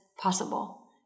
possible